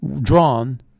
drawn